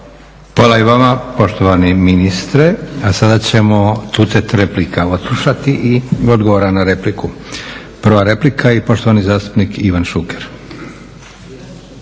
Hvala i vama poštovani ministre. A sada ćemo tucet replika odslušati i odgovora na repliku. Prva replika i poštovani zastupnik Ivan Šuker.